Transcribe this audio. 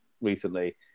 recently